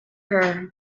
her